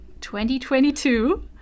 2022